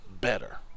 better